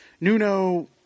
Nuno –